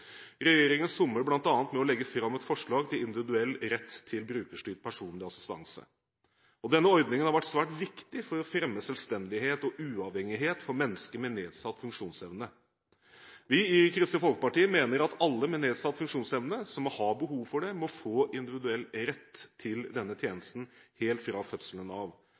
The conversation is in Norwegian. Regjeringen somler bl.a. med å legge fram et forslag til individuell rett til brukerstyrt personlig assistanse. Denne ordningen har vært svært viktig for å fremme selvstendighet og uavhengighet for mennesker med nedsatt funksjonsevne. Vi i Kristelig Folkeparti mener at alle med nedsatt funksjonsevne som har behov for det, må få individuell rett til denne tjenesten helt fra fødselen av.